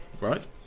Right